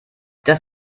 das